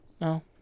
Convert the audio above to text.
No